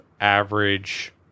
average